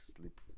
sleep